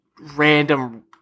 Random